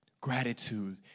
Gratitude